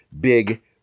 big